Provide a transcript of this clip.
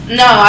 no